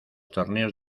torneos